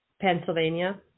Pennsylvania